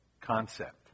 concept